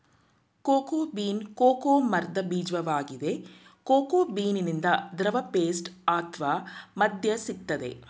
cocoa bean cocoa ಮರ್ದ ಬೀಜ್ವಾಗಿದೆ cocoa ಬೀನಿಂದ ದ್ರವ ಪೇಸ್ಟ್ ಅತ್ವ ಮದ್ಯ ಸಿಗ್ತದೆ